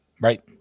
Right